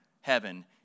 heaven